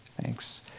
Thanks